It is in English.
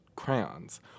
Crayons